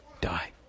die